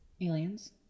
aliens